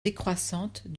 décroissantes